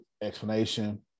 explanation